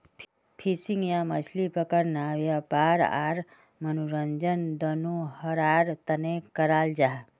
fishing या मछली पकड़ना वयापार आर मनोरंजन दनोहरार तने कराल जाहा